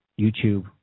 YouTube